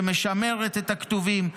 שמשמרת את הכתובים,